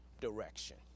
direction